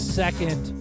second